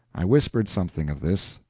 i whispered something of this,